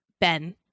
Ben